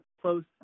close